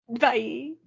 Bye